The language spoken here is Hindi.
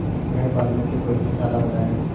भेड़े पालने से कोई पक्षाला बताएं?